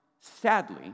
sadly